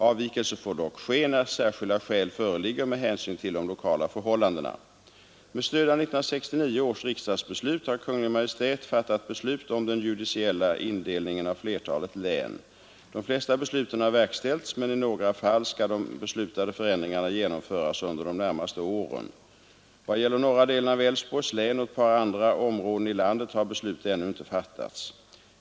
Avvikelse får dock ske, när särskilda skäl föreligger med hänsyn till de lokala förhållandena. Med stöd av 1969 års riksdagsbeslut har Kungl. Maj:t fattat beslut om den judiciella indelningen av flertalet län. De flesta besluten har verkställts men i några fall skall de beslutade förändringarna genomföras under de närmaste åren. I vad gäller norra delen av Älvsborgs län och ett par andra områden i landet har beslut ännu inte fattats.